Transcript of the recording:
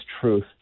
truth